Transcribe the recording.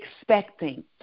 expecting